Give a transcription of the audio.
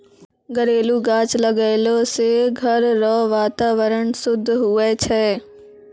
घरेलू गाछ लगैलो से घर रो वातावरण शुद्ध हुवै छै